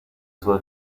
sua